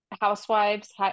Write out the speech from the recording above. housewives